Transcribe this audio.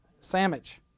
Sandwich